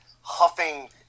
huffing